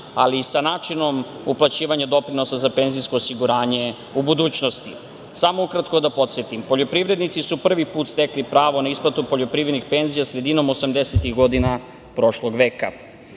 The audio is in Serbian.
ali i sa načinom uplaćivanja doprinosa za penzijsko osiguranje u budućnosti. Samo ukratko da podsetim, poljoprivrednici su prvi put stekli pravo na isplatu poljoprivrednih penzija sredinom osamdesetih godina prošlog veka.